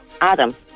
Adam